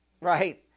Right